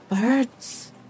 birds